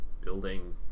building